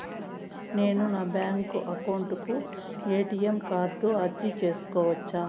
నేను నా bank account కు ఎ.టి.ఎం కార్డు అర్జీ సేసుకోవచ్చా?